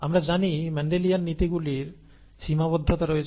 আমরা জানি মেন্ডেলিয়ান নীতিগুলির সীমাবদ্ধতা রয়েছে